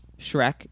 Shrek